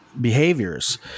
behaviors